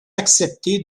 accepter